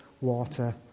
water